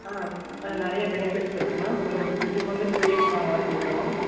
ஆ ஆ நிறைய பெனிஃபிட்ஸ் இருக்குது மேம் உங்களுக்கு ஃபிரிட்ஜுக்கு வந்து டூ இயர்ஸ் நாங்கள் வாரண்ட்டி தரோம்